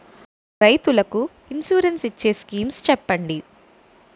రైతులు కి ఇన్సురెన్స్ ఇచ్చే స్కీమ్స్ చెప్పండి?